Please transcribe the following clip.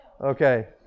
Okay